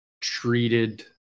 treated